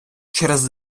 через